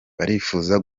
barifuza